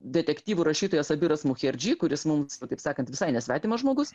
detektyvų rašytojas abiras mucherdži kuris mums taip sakant visai nesvetimas žmogus